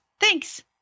Thanks